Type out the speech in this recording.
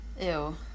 Ew